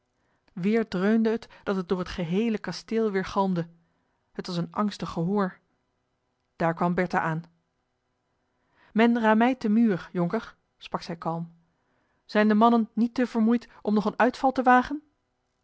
weer dreunde het dat het door het geheele kasteel weergalmde t was een angstig gehoor daar kwam bertha aan men rammeit den muur jonker sprak zij kalm zijn de mannen niet te vermoeid om nog een uitval te wagen